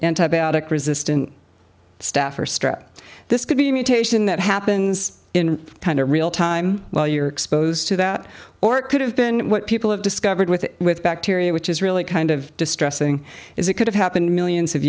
antibiotic resistant staph or strep this could be a mutation that happens in kind of real time while you're exposed to that or it could have been what people have discovered with it with bacteria which is really kind of distressing is it could have happened millions of